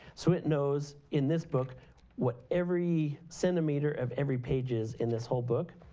so, it knows in this book what every centimeter of every page is in this whole book.